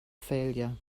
failure